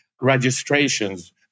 registrations